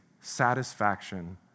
satisfaction